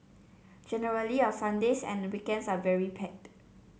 generally our Sundays and weekends are very packed